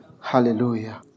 Hallelujah